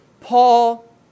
Paul